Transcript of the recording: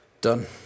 Done